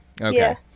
okay